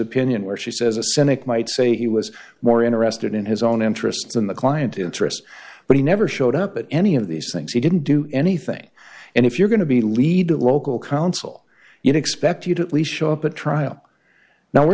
opinion where she says a cynic might say he was more interested in his own interests than the client interests but he never showed up at any of these things he didn't do anything and if you're going to be lead to local counsel you know expect you to at least show up at trial now we're